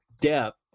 depth